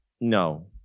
No